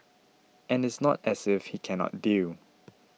and it's not as if he cannot deal